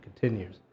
continues